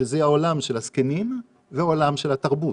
שזה העולם של הזקנים והעולם של התרבות.